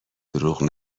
دروغ